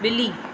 ॿिली